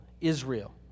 Israel